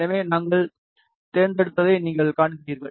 எனவே நாங்கள் தேர்ந்தெடுத்ததை நீங்கள் காண்கிறீர்கள்